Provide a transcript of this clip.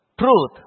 truth